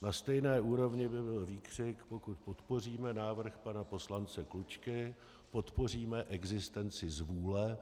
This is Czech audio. Na stejné úrovni by výkřik: pokud podpoříme návrh pana poslance Klučky, podpoříme existenci zvůle.